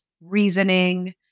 reasoning